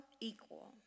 equal